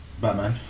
batman